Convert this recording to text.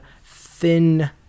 thin